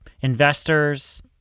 investors